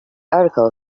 article